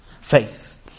faith